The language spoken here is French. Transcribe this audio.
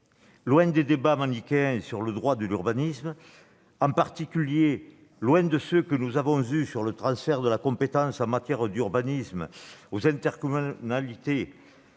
Loin des débats manichéens sur le droit de l'urbanisme, en particulier loin de ceux que nous avons eus sur le transfert de la compétence en matière d'urbanisme aux intercommunalités